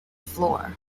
floor